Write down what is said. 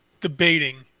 debating